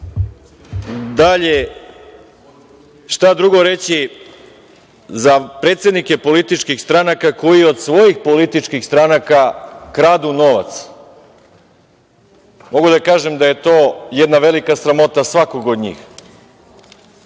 su. Dalje, šta drugo reći za predsednike političkih stranaka koji od svojih političkih stranaka kradu novac? Mogu da kažem da je to jedna velika sramota svakog od njih.